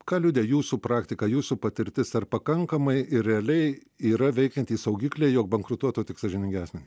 kliudė jūsų praktiką jūsų patirtis ar pakankamai realiai yra veikiantys saugikliai jog bankrutuotų tik sąžiningesni